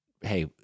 Hey